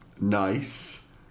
Nice